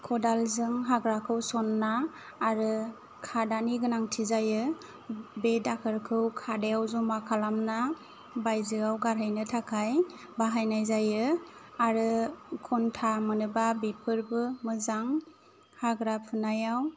खदालजों हाग्राखौ सनना आरो खादानि गोनांथि जायो बे दाखोरखौ खादायाव जमा खालामना बायजोआव गारहैनो थाखाय बाहायनाय जायो आरो खन्था मोनोब्ला बेफोरबो मोजां हाग्रा फुनायाव